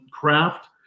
craft